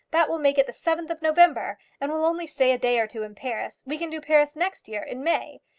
that will make it the seventh of november, and we'll only stay a day or two in paris. we can do paris next year in may.